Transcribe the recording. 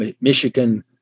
Michigan